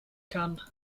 kann